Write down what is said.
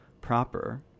proper